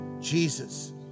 Jesus